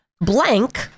Blank